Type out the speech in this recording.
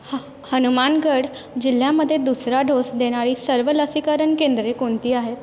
ह हनुमानगड जिल्ह्यामध्ये दुसरा डोस देणारी सर्व लसीकरण केंद्रे कोणती आहेत